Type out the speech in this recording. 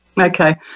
Okay